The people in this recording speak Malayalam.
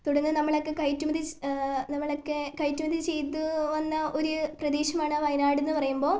തുടർന്ന് നമ്മളൊക്കെ കയറ്റുമതി നമ്മളൊക്കെ കയറ്റുമതി ചെയ്ത് വന്ന ഒരു പ്രദേശമാണ് വയനാട് എന്ന് പറയുമ്പോൾ